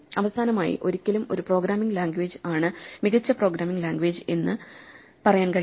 അവസാനമായി ഒരിക്കലും ഒരു പ്രോഗ്രാമിങ് ലാംഗ്വേജ് ആണ് മികച്ച പ്രോഗ്രാമിങ് ലാംഗ്വേജ് എന്ന് പറയാൻ കഴിയില്ല